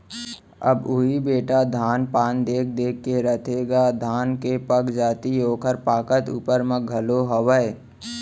अब उही बेटा धान पान देख देख के रथेगा धान के पगजाति ओकर पाकत ऊपर म घलौ हावय